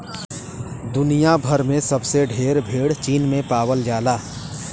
दुनिया भर में सबसे ढेर भेड़ चीन में पावल जाला